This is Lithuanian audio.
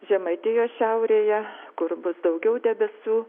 žemaitijos šiaurėje kur bus daugiau debesų